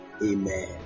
Amen